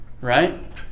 Right